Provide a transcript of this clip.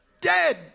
Dead